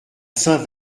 saint